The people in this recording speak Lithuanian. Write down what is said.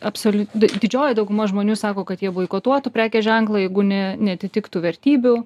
absoliu didžioji dauguma žmonių sako kad jie boikotuotų prekės ženklą jeigu ne neatitiktų vertybių